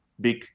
big